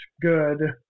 good